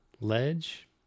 ledge